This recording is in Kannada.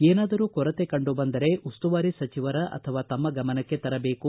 ಏನಾದರೂ ಕೊರತೆ ಕಂಡುಬಂದರೆ ಉಸ್ತುವಾರಿ ಸಚಿವರ ಅಥವಾ ತಮ್ಮ ಗಮನಕ್ಕೆ ತರದೇಕು